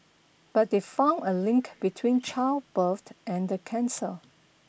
but they found a link between childbirth and the cancer